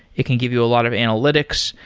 it can give you a lot of analytics.